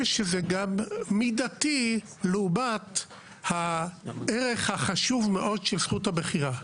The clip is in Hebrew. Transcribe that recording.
ושזה גם מידתי לעומת הערך החשוב מאוד של זכות הבחירה.